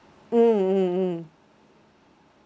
mm mm mm